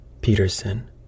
Peterson